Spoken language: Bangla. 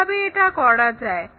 কিভাবে এটা করা যায়